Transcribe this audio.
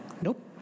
Nope